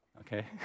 okay